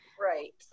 Right